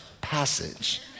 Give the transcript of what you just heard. passage